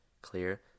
clear